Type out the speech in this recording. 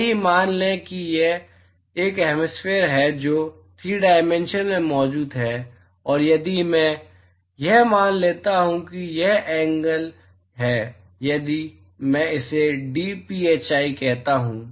आइए मान लें कि एक हैमिस्फेअर है जो 3 डायमेंशन्स में मौजूद है और यदि मैं यह मान लेता हूं तो यह एंगल है यदि मैं इसे dphi कहता हूं